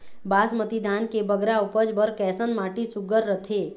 बासमती धान के बगरा उपज बर कैसन माटी सुघ्घर रथे?